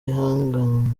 ibihangange